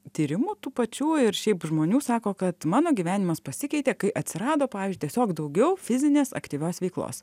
tyrimų tų pačių ir šiaip žmonių sako kad mano gyvenimas pasikeitė kai atsirado pavyzdžiui tiesiog daugiau fizinės aktyvios veiklos